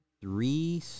three